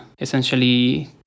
essentially